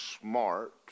smart